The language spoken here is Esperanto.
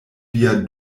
via